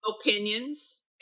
opinions